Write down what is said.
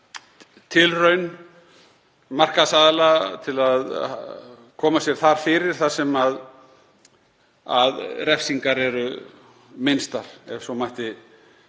tilraun markaðsaðila til að koma sér þar fyrir þar sem refsingar eru minnstar ef svo mætti